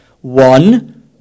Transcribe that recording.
One